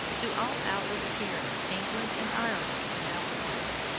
to all outward appearance england and ireland were now one.